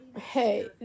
hey